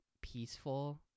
peaceful